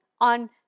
on